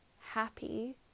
happy